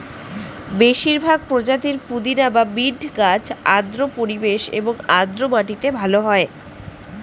বেশিরভাগ প্রজাতির পুদিনা বা মিন্ট গাছ আর্দ্র পরিবেশ এবং আর্দ্র মাটিতে ভালো হয়